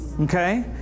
Okay